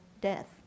death